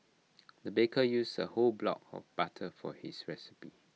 the baker used A whole block of butter for his recipe